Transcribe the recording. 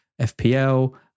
FPL